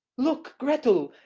look, gretel!